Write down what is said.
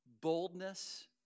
boldness